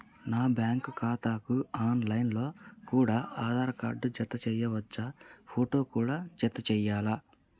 నా బ్యాంకు ఖాతాకు online లో కూడా ఆధార్ కార్డు జత చేయవచ్చా ఫోటో కూడా జత చేయాలా?